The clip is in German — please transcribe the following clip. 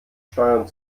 steuern